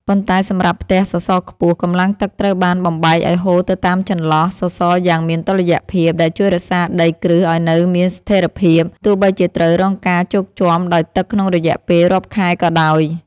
ប៉ុន្តែសម្រាប់ផ្ទះសសរខ្ពស់ កម្លាំងទឹកត្រូវបានបំបែកឱ្យហូរទៅតាមចន្លោះសសរយ៉ាងមានតុល្យភាព ដែលជួយរក្សាដីគ្រឹះឱ្យនៅមានស្ថិរភាព ទោះបីជាត្រូវរងការជោកជាំដោយទឹកក្នុងរយៈពេលរាប់ខែក៏ដោយ។